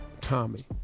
Tommy